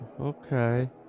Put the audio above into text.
Okay